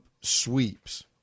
sweeps